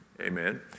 Amen